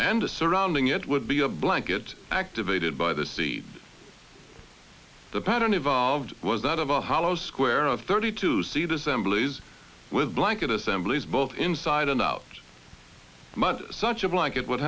and the surrounding it would be a blanket activated by the seed the pattern evolved was that of a hollow square of thirty two seed assemblies with blanket assemblies both inside and out such a blanket w